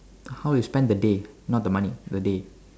how you spend the day not the money the day